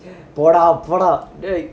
தேறாது போடா டேய்:therathu poda dei